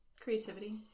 Creativity